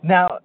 Now